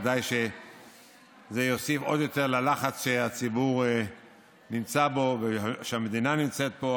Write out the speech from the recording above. בוודאי שזה יוסיף עוד ללחץ שהציבור נמצא בו ושהמדינה נמצאת בו,